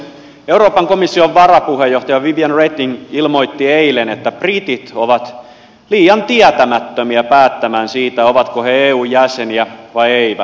euroopan komission varapuheenjohtaja viviane reding ilmoitti eilen että britit ovat liian tietämättömiä päättämään siitä ovatko he eun jäseniä vai eivät